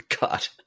God